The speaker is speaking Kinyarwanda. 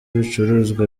ibicuruzwa